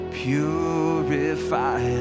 purify